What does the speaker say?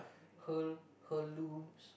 heir~ heirlooms